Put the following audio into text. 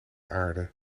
aarde